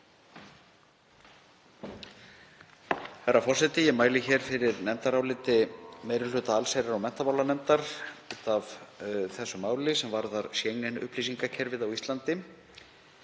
Herra forseti. Ég mæli hér fyrir nefndaráliti meiri hluta allsherjar- og menntamálanefndar í þessu máli sem varðar Schengen-upplýsingakerfið á Íslandi.